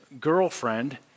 Girlfriend